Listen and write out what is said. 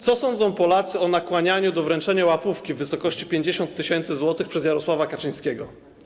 Co sądzą Polacy o nakłanianiu do wręczenia łapówki w wysokości 50 tys. zł przez Jarosława Kaczyńskiego?